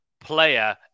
player